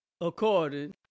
according